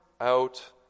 out